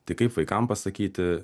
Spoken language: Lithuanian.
tai kaip vaikam pasakyti